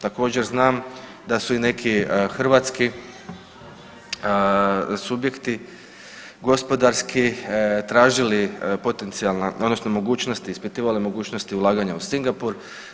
Također, znam da su i neki hrvatski subjekti gospodarski tražili potencijalna, odnosno mogućnosti, ispitivali mogućnosti ulaganja u Singapur.